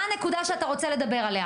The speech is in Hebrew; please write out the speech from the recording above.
מה הנקודה שאתה רוצה לדבר עליה?